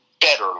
better